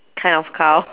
kind of cow